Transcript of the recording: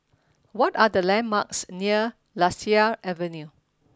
what are the landmarks near Lasia Avenue